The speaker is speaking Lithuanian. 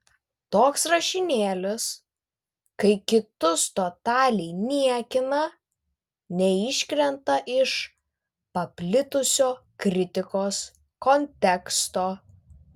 toks rašinėlis kai kitus totaliai niekina neiškrenta iš paplitusio kritikos konteksto